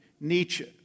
Nietzsche